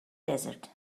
desert